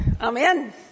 Amen